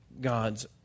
God's